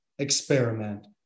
Experiment